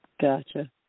Gotcha